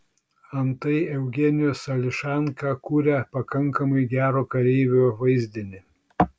antai eugenijus ališanka kuria pakankamai gero kareivio vaizdinį